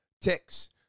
ticks